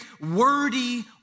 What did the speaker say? wordy